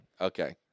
Okay